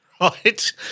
Right